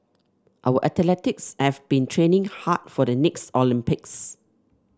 our athletes have been training hard for the next Olympics